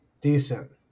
decent